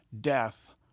death